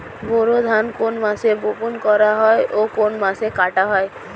বোরো ধান কোন মাসে বপন করা হয় ও কোন মাসে কাটা হয়?